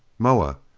moa,